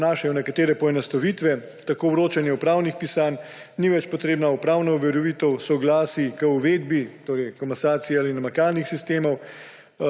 vnašajo nekatere poenostavitve. Tako za vročanje upravnih pisanj ni več potrebna upravna overitev soglasij k uvedbi komasacije ali namakalnih sistemov.